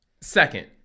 Second